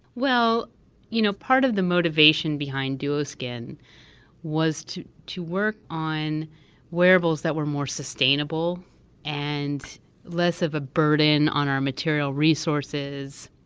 you know part of the motivation behind duoskin was to to work on wearables that were more sustainable and less of a burden on our material resources.